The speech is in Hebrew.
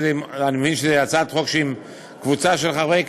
אני מבין שזאת הצעת חוק של קבוצה של חברי הכנסת,